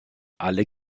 alle